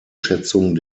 schätzung